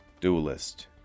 Duelist